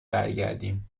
برگردیم